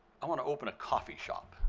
i want to open a coffee shop.